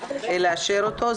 לאשר אותו: